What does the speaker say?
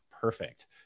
perfect